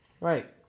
Right